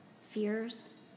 fears